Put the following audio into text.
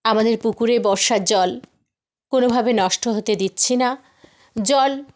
আমাদের পুকুরে বর্ষার জল কোনোভাবে নষ্ট হতে দিচ্ছি না জল